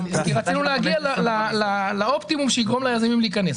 רצינו להגיע לאופטימום שיגרום ליזמים להיכנס.